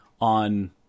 on